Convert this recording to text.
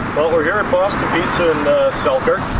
well we're here at boston pizza in selkirk